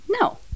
No